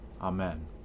Amen